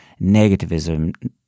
negativism